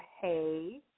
Hey